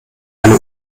eine